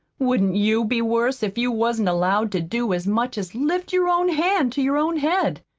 wouldn't you be worse if you wasn't allowed to do as much as lift your own hand to your own head?